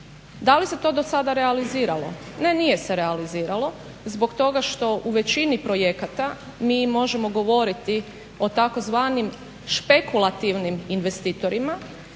Da li se to do sada realiziralo? Ne, nije se realiziralo zbog toga što u većini projekata mi možemo govoriti o tzv. špekulativnim investitorima